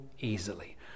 easily